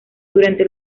durante